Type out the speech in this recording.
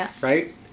right